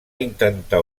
intentar